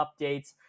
updates